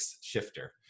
Shifter